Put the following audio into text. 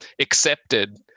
accepted